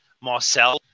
Marcel